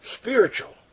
spiritual